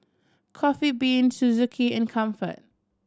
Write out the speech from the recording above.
Coffee Bean Suzuki and Comfort